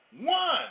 One